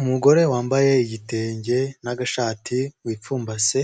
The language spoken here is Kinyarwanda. Umugore wambaye igitenge nagashati wipfumbase